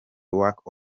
walk